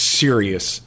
serious